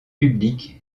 publique